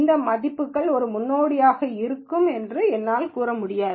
இந்த மதிப்புகள் ஒரு முன்னோடியாக இருக்கும் என்று என்னால் கூற முடியாது